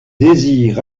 désir